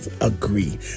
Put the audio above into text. Agree